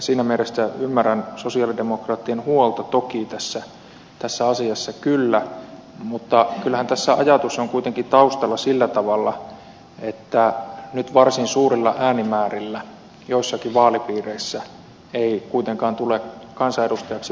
siinä mielessä kyllä toki ymmärrän sosialidemokraattien huolta tässä asiassa mutta kyllähän tässä sellainen ajatus on kuitenkin taustalla että nyt varsin suurilla äänimäärillä joissakin vaalipiireissä ei kuitenkaan tule kansanedustajaksi valittua